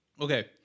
Okay